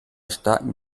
starkem